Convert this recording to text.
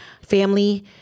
family